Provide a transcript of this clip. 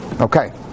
Okay